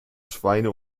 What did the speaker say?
schweine